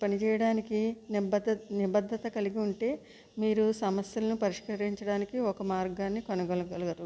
పనిచేయడానికి నిబద్ద నిబద్ధత కలిగి ఉంటే మీరు సమస్యలను పరిష్కరించడానికి ఒక మార్గాన్ని కనుగొనగలరు